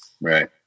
Right